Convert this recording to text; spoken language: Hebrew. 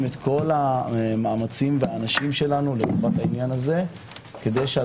את כל המאמצים ואנשינו לעניין הזה כדי שזה